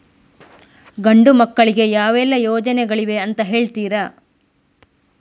ಗಂಡು ಮಕ್ಕಳಿಗೆ ಯಾವೆಲ್ಲಾ ಯೋಜನೆಗಳಿವೆ ಅಂತ ಹೇಳ್ತೀರಾ?